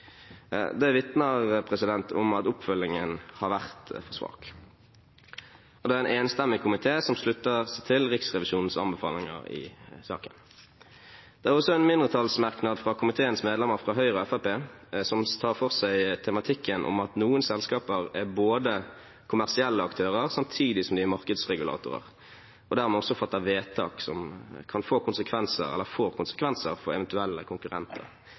Det vitner om at oppfølgingen har vært svak, og det er en enstemmig komité som slutter seg til Riksrevisjonens anbefalinger i saken. Det er også en mindretallsmerknad, fra komiteens medlemmer fra Høyre og Fremskrittspartiet, som tar for seg tematikken om at noen selskaper er både kommersielle aktører og – samtidig – markedsregulatorer, og dermed også fatter vedtak som får konsekvenser for eventuelle konkurrenter.